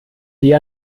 die